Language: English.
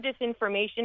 disinformation